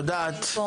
תודה לכם.